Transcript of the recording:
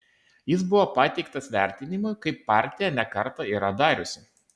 jis buvo pateiktas vertinimui kaip partija ne kartą yra dariusi